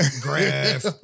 graph